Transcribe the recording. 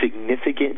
significant